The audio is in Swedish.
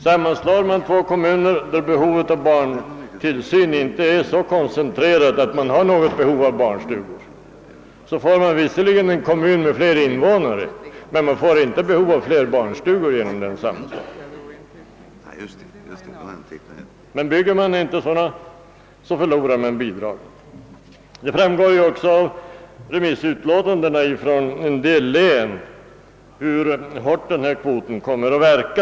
Sammanslås två kommuner, där behovet av barntillsyn inte är så koncentrerat, att det finns behov av barnstugor, får visserligen den nya kommunen fler invånare, men behovet av barnstugor ökas inte genom sammanslagningen. Om man inte bygger sådana, förlorar man statsbidraget. Av remissutlåtandena från en del län framgår också hur hårt denna kvotregel kommer att verka.